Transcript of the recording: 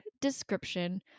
description